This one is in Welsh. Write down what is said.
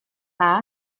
dda